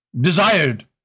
desired